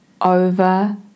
over